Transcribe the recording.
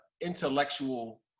intellectual